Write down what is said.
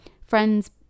friends